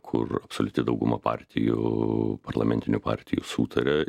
kur absoliuti dauguma partijų parlamentinių partijų sutaria